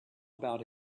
about